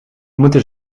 moeten